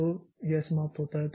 तो यह समाप्त होता है